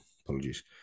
Apologies